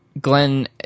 glenn